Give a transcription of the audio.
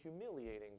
humiliating